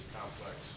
complex